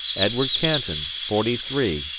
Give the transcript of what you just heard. edward canton, forty three,